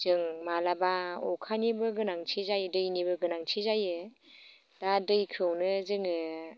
जों माब्लाबा अखानिबो गोनांथि जायो दैनिबो गोनांथि जायो दा दैखौनो जोङो